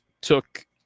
took